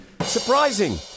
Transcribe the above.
Surprising